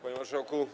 Panie Marszałku!